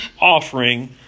offering